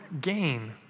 gain